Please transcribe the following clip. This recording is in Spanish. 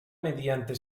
mediante